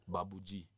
Babuji